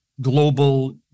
global